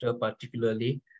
particularly